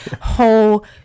whole